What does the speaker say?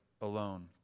alone